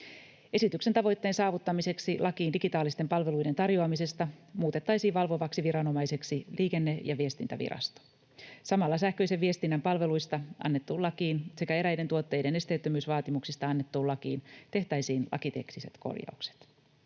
Esityksen tavoitteen saavuttamiseksi lakiin digitaalisten palveluiden tarjoamisesta muutettaisiin valvovaksi viranomaiseksi Liikenne- ja viestintävirasto. Samalla sähköisen viestinnän palveluista annettuun lakiin sekä eräiden tuotteiden esteettömyysvaatimuksista annettuun lakiin tehtäisiin lakitekniset korjaukset.